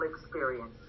experience